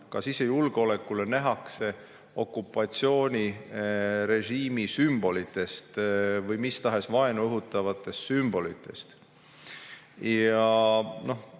sisejulgeolekule nähakse okupatsioonirežiimi sümbolites või mis tahes vaenu õhutavates sümbolites. Noh,